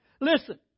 listen